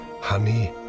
honey